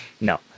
No